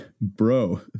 Bro